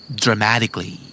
dramatically